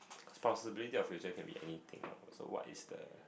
possibility of future can be anything what also what is the